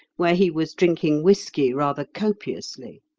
where he was drinking whisky rather copiously.